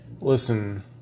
Listen